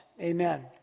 Amen